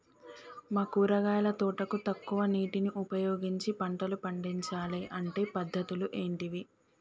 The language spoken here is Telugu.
మా కూరగాయల తోటకు తక్కువ నీటిని ఉపయోగించి పంటలు పండించాలే అంటే పద్ధతులు ఏంటివి?